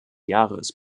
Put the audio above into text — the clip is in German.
jahres